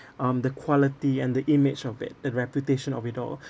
um the quality and the image of it the reputation of it all